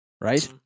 Right